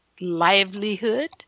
livelihood